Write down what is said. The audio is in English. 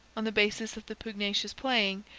on the basis of the pugnacious playing,